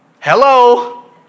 Hello